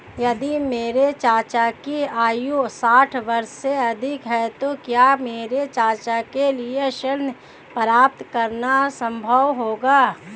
यदि मेरे चाचा की आयु साठ वर्ष से अधिक है तो क्या मेरे चाचा के लिए ऋण प्राप्त करना संभव होगा?